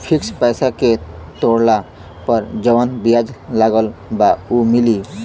Fix पैसा के तोड़ला पर जवन ब्याज लगल बा उ मिली?